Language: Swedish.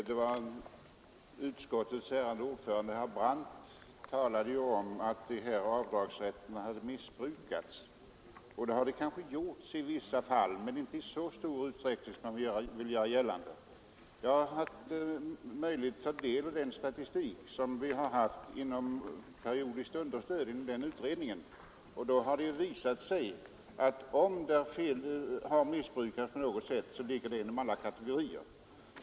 Fru talman! Utskottets ärade ordförande herr Brandt talade om att avdragsrätten hade missbrukats, och det har väl förekommit i vissa fall. Men det har inte skett i så stor utsträckning som man velat göra gällande. Jag har haft tillfälle att ta del av statistiken i skatteutredningen om periodiskt understöd och den visar att om avdragsrätten missbrukats, så har det skett inom alla kategorier.